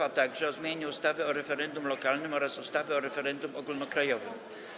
A także: - o zmianie ustawy o referendum lokalnym oraz ustawy o referendum ogólnokrajowym.